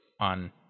on